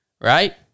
right